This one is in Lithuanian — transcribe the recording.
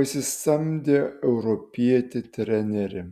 pasisamdė europietį trenerį